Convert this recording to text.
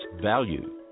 value